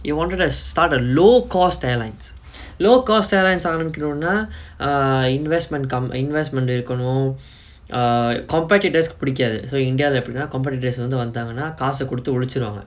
he wanted to start a low cost airlines low cost airlines ஆரம்பிக்கனுனா:aarambikanunaa err investment come investment இருக்கனும்:irukkanum err competitors கு புடிக்காது:ku pudikkaathu so india lah எப்புடினா:eppudinaa competitors வந்து வந்துடாங்கனா காச குடுத்து ஒளிச்சிருவாங்க:vanthu vanthutaangana kaasa kuduthu olichiruvaanga